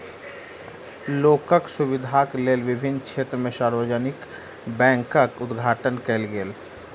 लोकक सुविधाक लेल विभिन्न क्षेत्र में सार्वजानिक बैंकक उद्घाटन कयल गेल